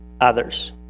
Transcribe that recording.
others